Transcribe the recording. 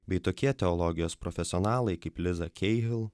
bei tokie teologijos profesionalai kaip liza keivil